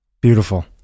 beautiful